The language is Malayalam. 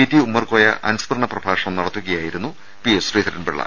ടി ഉമ്മർക്കോയ അനുസ്മരണ പ്രഭാഷണം നടത്തുകയായിരുന്നു ശ്രീധ രൻപിളള